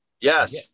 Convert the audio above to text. yes